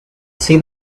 see